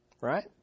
right